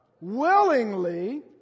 Willingly